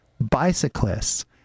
bicyclists